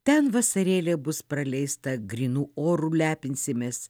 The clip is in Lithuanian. ten vasarėlė bus praleista grynu oru lepinsimės